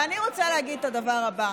ואני רוצה להגיד את הדבר הבא: